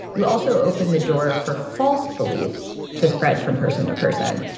you also open the door for false beliefs to spread from person to person.